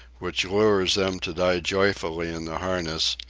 which lures them to die joyfully in the harness,